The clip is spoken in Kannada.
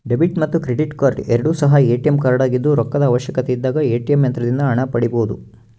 ಡೆಬಿಟ್ ಮತ್ತು ಕ್ರೆಡಿಟ್ ಕಾರ್ಡ್ ಎರಡು ಸಹ ಎ.ಟಿ.ಎಂ ಕಾರ್ಡಾಗಿದ್ದು ರೊಕ್ಕದ ಅವಶ್ಯಕತೆಯಿದ್ದಾಗ ಎ.ಟಿ.ಎಂ ಯಂತ್ರದಿಂದ ಹಣ ಪಡೆಯಬೊದು